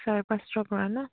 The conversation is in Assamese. চাৰে পাঁচটাৰ পৰা ন